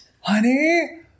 Honey